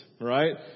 Right